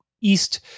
east